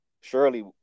surely